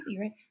right